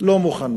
לא מוכנה.